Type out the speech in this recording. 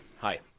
Hi